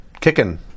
kicking